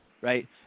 right